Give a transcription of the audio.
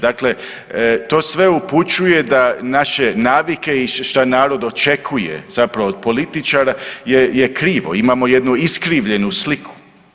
Dakle to sve upućuje da naše navike i šta narod očekuje, zapravo od političara je krivo, imamo jednu iskrivljenu sliku.